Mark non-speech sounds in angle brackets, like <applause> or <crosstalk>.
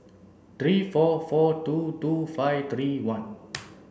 three four four two two five three one <noise>